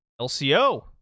LCO